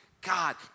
God